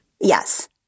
Yes